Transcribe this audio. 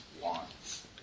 wants